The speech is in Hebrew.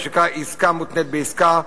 מה שנקרא עסקה מותנית בעסקה,